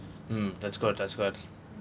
mm that's good that's good